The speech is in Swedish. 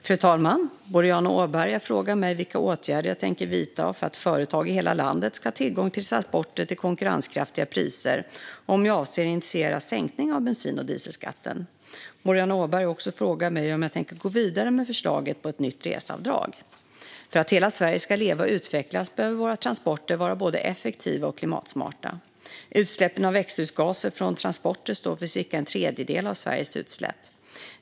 Fru talman! Boriana Åberg har frågat mig vilka åtgärder jag tänker vidta för att företag i hela landet ska ha tillgång till transporter till konkurrenskraftiga priser och om jag avser att initiera en sänkning av bensin och dieselskatten. Boriana Åberg har också frågat mig om jag tänker gå vidare med förslaget om ett nytt reseavdrag. För att hela Sverige ska leva och utvecklas behöver våra transporter vara både effektiva och klimatsmarta. Utsläppen av växthusgaser från transporter står för cirka en tredjedel av Sveriges utsläpp.